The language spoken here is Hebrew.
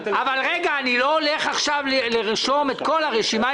רגע, אני לא הולך עכשיו לפרט את כל הרשימה.